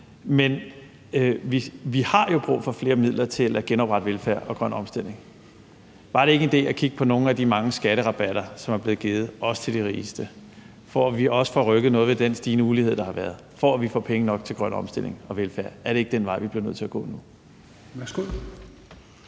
Men vi har jo brug for flere midler til at genoprette velfærden og til den grønne omstilling. Var det ikke en idé at kigge på nogle af de mange skatterabatter, som er blevet givet, også til de rigeste, for at vi også får rykket noget ved den stigende ulighed, der har været, og for at vi får penge nok til den grønne omstilling og til velfærd? Er det ikke den vej, vi bliver nødt til at gå nu? Kl.